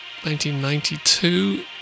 1992